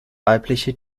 weibliche